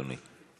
אדוני.